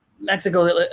Mexico